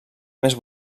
més